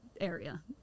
area